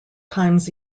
times